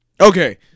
Okay